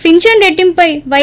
pension రెట్టింపుపై why